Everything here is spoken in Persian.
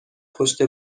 پشت